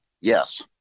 Yes